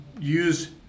use